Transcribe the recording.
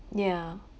yeah